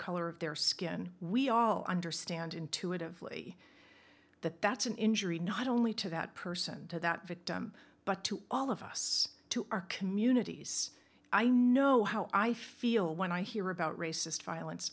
color of their skin we all understand intuitively that that's an injury not only to that person to that victim but to all of us to our communities i know how i feel when i hear about racist violence